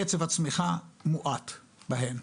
קצב הצמיחה מואט בהן.